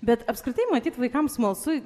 bet apskritai matyt vaikams smalsu